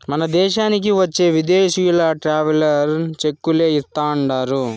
మన దేశానికి వచ్చే విదేశీయులు ట్రావెలర్ చెక్కులే ఇస్తాండారు